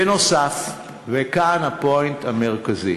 בנוסף, וכאן ה"פוינט" המרכזי: